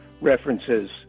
references